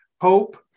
hope